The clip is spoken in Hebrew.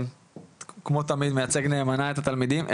כמו תמיד מייצג נאמנה את התלמידים.